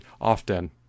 often